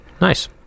Nice